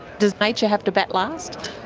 does nature have to bat last?